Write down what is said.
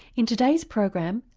in today's program,